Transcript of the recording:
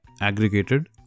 aggregated